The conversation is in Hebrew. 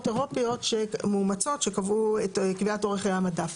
אירופיות מאומצות שקבעו א קביעת אורך חיי המדף.